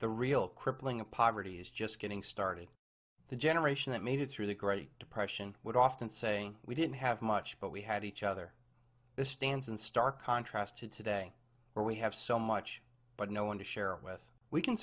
the real crippling of poverty is just getting started the generation that made it through the great depression would often say we didn't have much but we had each other this stands in stark contrast to today where we have so much but no one to share it with we can